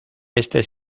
este